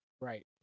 Right